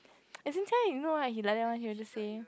as in jia-yu you know right he like that one he will just say